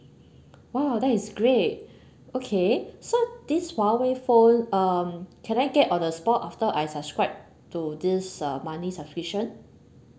!wah! that is great okay so this huawei phone um can I get on the spot after I subscribed to this uh monthly subscription